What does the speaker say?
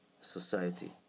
society